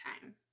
time